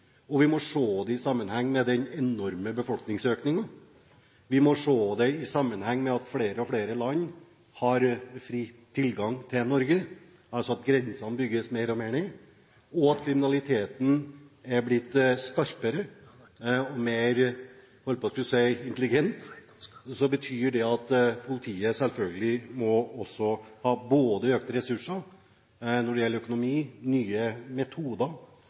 oppgaver. Vi må se det i sammenheng med den enorme befolkningsøkningen, vi må se det i sammenheng med at flere og flere land har fri tilgang til Norge – altså at grensene bygges mer og mer ned – og at kriminaliteten har blitt skarpere og mer intelligent, hadde jeg nær sagt. Det betyr at politiet selvfølgelig også må ha økte ressurser både når det gjelder økonomi, nye metoder